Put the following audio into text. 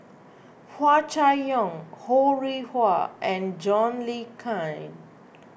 Hua Chai Yong Ho Rih Hwa and John Le Cain